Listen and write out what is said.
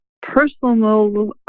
personal